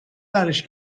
برش